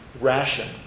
ration